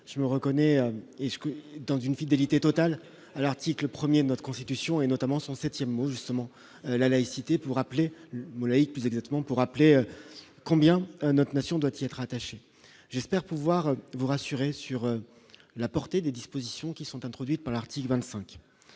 je me reconnais que dans une fidélité totale à l'article 1er notre constitution, et notamment son 7ème où, justement, la laïcité pour appeler plus exactement pour rappeler combien notre nation doit y être attachés, j'espère pouvoir vous rassurer sur la portée des dispositions qui sont. Conduite par l'article 25